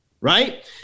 right